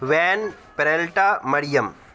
when پریلٹا مریم